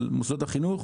על מוסדות החינוך.